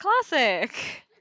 classic